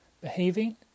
behaving